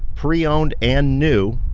pre-owned and new